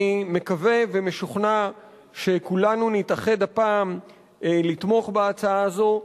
אני מקווה ומשוכנע שכולנו נתאחד הפעם לתמוך בהצעה הזו.